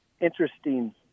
interesting –